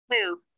Move